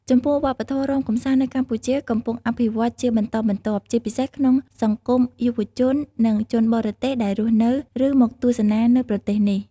ចំពោះវប្បធម៌រាំកម្សាន្តនៅកម្ពុជាកំពុងអភិវឌ្ឍន៍ជាបន្តបន្ទាប់ ជាពិសេសក្នុងសង្គមយុវជននិងជនបរទេសដែលរស់នៅ ឬមកទស្សនានៅប្រទេសនេះ។